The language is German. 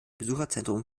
besucherzentrum